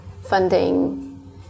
Funding